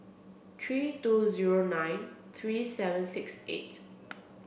three two zero nine three seven six eight